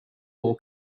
ball